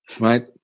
Right